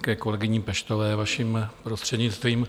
Ke kolegyni Peštové, vaším prostřednictvím.